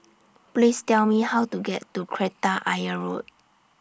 Please Tell Me How to get to Kreta Ayer Road